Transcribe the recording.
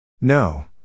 No